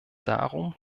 darum